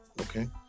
okay